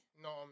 No